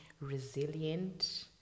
resilient